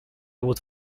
would